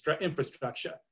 infrastructure